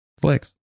flex